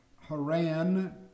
Haran